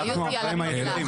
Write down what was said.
אנחנו האחראים היחידים.